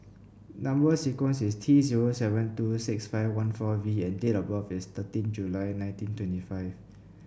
number sequence is T zero seven two six five one four V and date of birth is thirteen July nineteen twenty five